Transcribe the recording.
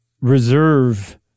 reserve